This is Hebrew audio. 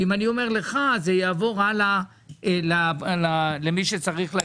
שאם אני אומר לך זה יעבור הלאה למי שצריך.